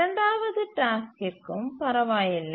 இரண்டாவது டாஸ்க்கிற்கும் பரவாயில்லை